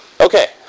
Okay